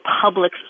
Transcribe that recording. public